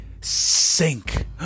sink